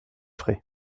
frais